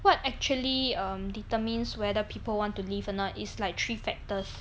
what actually um determines whether people want to leave or not is like three factors